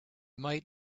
might